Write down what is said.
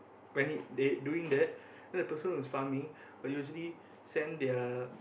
when they doing that then the person was farming will usually send their